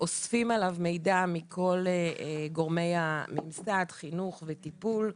אוספים עליו מידע מכל גורמי הממסד, חינוך וטיפול,